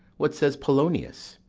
what says polonius?